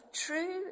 true